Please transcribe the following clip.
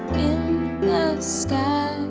the sky